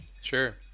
Sure